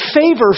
favor